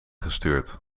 gestuurd